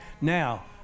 now